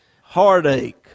heartache